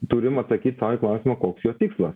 turim atsakyt sau į klausimą koks jo tikslas